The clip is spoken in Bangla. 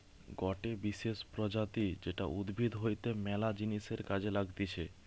গটে বিশেষ প্রজাতি যেটা উদ্ভিদ হইতে ম্যালা জিনিসের কাজে লাগতিছে